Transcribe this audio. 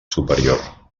superior